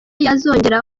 yazongera